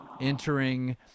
entering